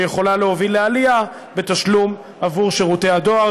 שיכולה להוביל לעלייה בתשלום עבור שירותי הדואר,